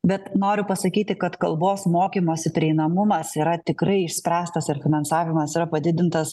bet noriu pasakyti kad kalbos mokymosi prieinamumas yra tikrai išspręstas ir finansavimas yra padidintas